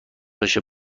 داشته